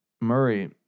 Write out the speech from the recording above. Murray